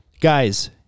Guys